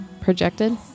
projected